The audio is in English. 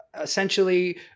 essentially